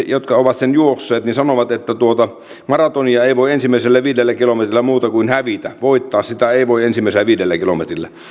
jotka ovat sen juosseet sanovat että tuota maratonia ei voi ensimmäisellä viidellä kilometrillä muuta kuin hävitä voittaa sitä ei voi ensimmäisellä viidellä kilometrillä